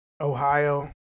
Ohio